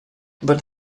but